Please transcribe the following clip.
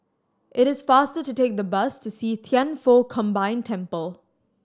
it is faster to take the bus to See Thian Foh Combined Temple